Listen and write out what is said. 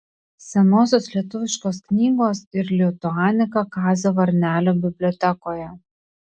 senosios lietuviškos knygos ir lituanika kazio varnelio bibliotekoje